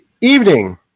evening